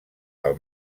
del